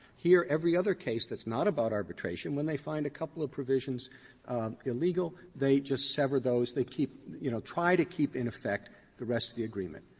here, every other case that's not about arbitration, when they find a couple of provisions illegal, they just sever those they keep you know, try to keep in effect the rest of the agreement.